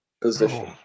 position